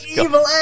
Evil